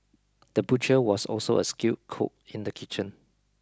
the butcher was also a skilled cook in the kitchen